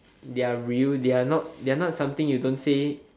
they're real they're not they're not something you don't say it